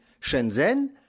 Shenzhen